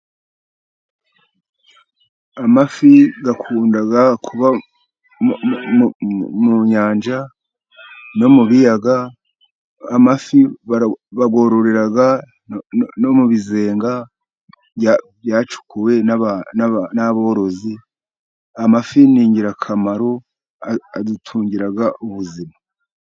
Amafi akunda kuba mu nyanja no mu biyaga. Amafi bayororera no mu bizenga byacukuwe n'aborozi. Amafi ni ingirakamaro adutungira ubuzima.